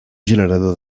generador